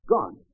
Gone